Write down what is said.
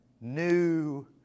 new